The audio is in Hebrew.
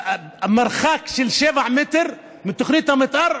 מרחק של שבעה מטר מתוכנית המתאר,